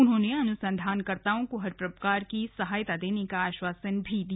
उन्होंने अनुसंधानकर्ताओं को हर प्रकार की सहायता देने का आश्वासन भी दिया